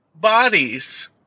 bodies